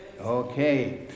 Okay